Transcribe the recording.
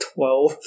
Twelve